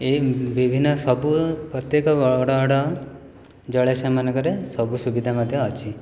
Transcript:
ଏହି ବିଭିନ୍ନ ସବୁ ପ୍ରତ୍ୟେକ ବଡ଼ ବଡ଼ ଜଳାଶୟ ମାନଙ୍କରେ ସବୁ ସୁବିଧା ମଧ୍ୟ ଅଛି